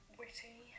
witty